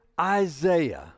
Isaiah